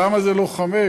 למה זה לא חמישה?